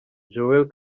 joel